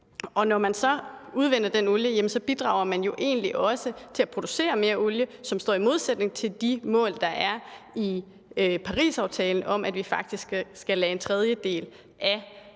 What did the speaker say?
når man så udvinder den olie, bidrager man jo egentlig også til at producere mere olie, hvilket står i modsætning til de mål, der er i Parisaftalen, om, at vi faktisk skal lade en tredjedel af den